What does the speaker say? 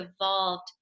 evolved